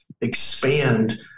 expand